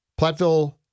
Platteville